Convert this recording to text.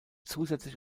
zusätzlich